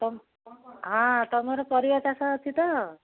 ତମ ହଁ ତମର ପରିବା ଚାଷ ଅଛି ତ